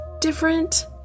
different